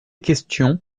question